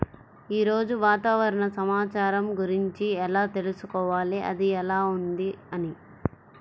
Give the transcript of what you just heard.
ఈరోజు వాతావరణ సమాచారం గురించి ఎలా తెలుసుకోవాలి అది ఎలా ఉంది అని?